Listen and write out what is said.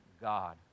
God